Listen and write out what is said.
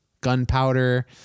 gunpowder